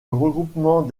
regroupement